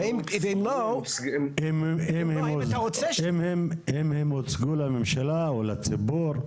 אם הם הוצגו לממשלה או לציבור.